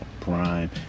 Prime